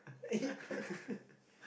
it